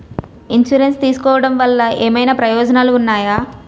Insurance తీసుకోవటం వల్ల ఏమైనా ప్రయోజనాలు ఉన్నాయా?